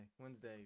Wednesday